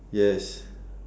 yes